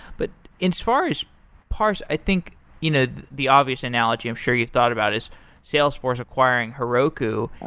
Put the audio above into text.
but as far as parse, i think you know the obvious analogy, i'm sure you thought about is salesforce acquiring heroku.